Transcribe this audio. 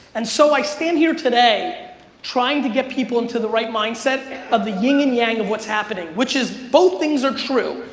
and so i stand here today trying to get people into the right mindset of the yin and yang of what's happening, which is both things are true.